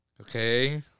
okay